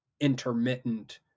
intermittent